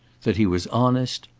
that he was honest,